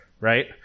right